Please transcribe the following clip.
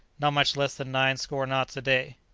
not much less than nine score knots a day.